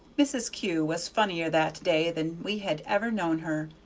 mrs. kew was funnier that day than we had ever known her,